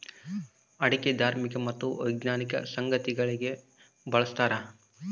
ಅಡಿಕೆ ಧಾರ್ಮಿಕ ಮತ್ತು ವೈಜ್ಞಾನಿಕ ಸಂಗತಿಗಳಿಗೆ ಬಳಸ್ತಾರ